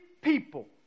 people